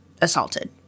assaulted